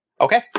Okay